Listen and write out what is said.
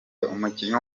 umukinnyi